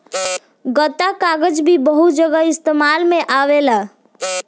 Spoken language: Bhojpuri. गत्ता कागज़ भी बहुत जगह इस्तेमाल में आवेला